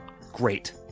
great